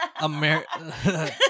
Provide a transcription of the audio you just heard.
America